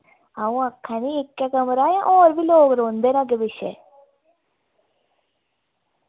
अ'ऊं आक्खा नी इक्कै कमरा जां और बी लोक रौह्नदे न अग्गे पिच्छे